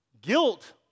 guilt